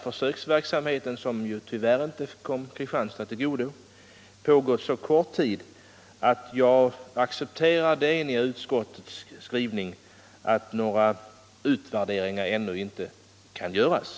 Försöksverksamheten, som tyvärr inte kom Kristianstad till godo, har pågått så kort tid att jag accepterar det enhälliga utskottets slutsats att några utvärderingar ännu inte kan göras.